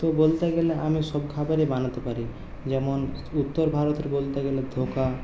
তো বলতে গেলে আমি সব খাবারই বানাতে পারি যেমন উত্তর ভারতের বলতে গেলে ধোকা